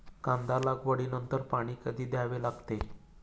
कांदा लागवडी नंतर पाणी कधी द्यावे लागते?